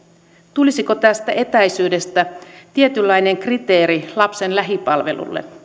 tulisiko tästä etäisyydestä tietynlainen kriteeri lapsen lähipalvelulle